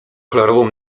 kolorową